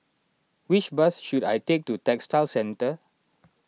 which bus should I take to Textile Centre